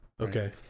Okay